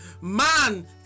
Man